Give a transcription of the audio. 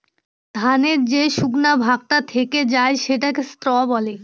ধানের যে শুকনা ভাগটা থেকে যায় সেটাকে স্ত্র বলে